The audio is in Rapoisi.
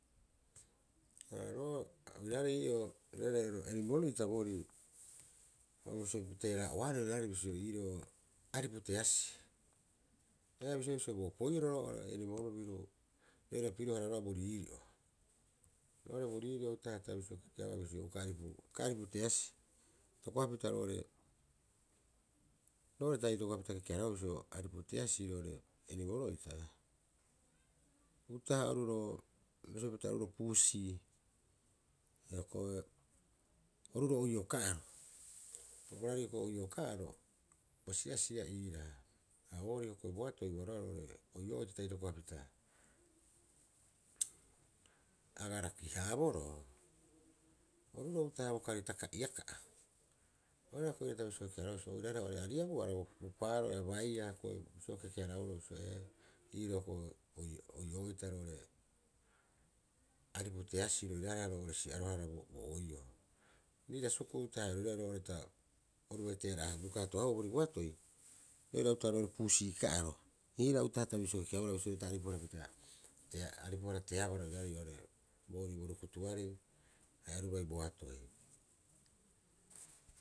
Ha ro ha oiraarei ii'oo roiraarei ro enimolo'ita boorii o bisio bo teera'a'oarei roiraarei bisio iiroo ariputeasii. Haia a bisioea bisio bo opoi'oro eriboro biru roira pirohara roga'a boriirio. Roo'ore uta'aha boriiri'o utaha'a ta bisio kekeaba pita uka- uka aripu teasii. itokopapita roo'ore- roo'oreta itokopapita keke- harabaa bisio aripu- teasii roo'ore enimoro'ita utaha'a aruroo bisio pita oru roo puusii hioko'i oruroo oiio ka'ara roiraare oioo ka'oro bo si'asi'a iiraa ha boo rii hioko'i boatoi uaroea ro'ore oio'ita ta itoko papita aga raki- haaboroo, uru roo utaha'a bokari taka'iaka'a oru roira hiokoi iira ta bisio kekeharabaa bisio oiraareha ariabuara bisio roga'a bo paaro'e abaia hioko'i bisio o kekeharaboroo bisio ee, iiroo hioko'i oio oiooita ariputeasii rairaareha roo'ore si'aroara bo oiio. Riira suku'u utaha'a haia roira roo'ore ta oru bai tee'ra'a rukato- haahua oorii boatoi roira utaha'a- roo'ore uusii ka'aro. Iiraa utaha'a ta bisio kekeabaa ro ta aripujarapita teea aripuhara tearoe oiraarei oo'ore boori borukutuarei haia oru bai boatoi.